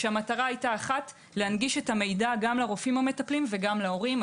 כשהמטרה היתה אחת להנגיש את המידע גם לרופאים המטפלים וגם להורים.